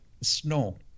snow